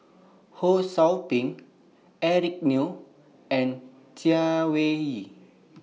Ho SOU Ping Eric Neo and Chay Weng Yew